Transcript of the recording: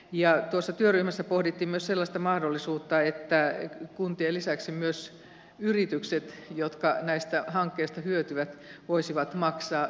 tuossa työryhmässä pohdittiin myös sellaista mahdollisuutta että kuntien lisäksi myös yritykset jotka näistä hankkeista hyötyvät voisivat maksaa